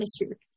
atmosphere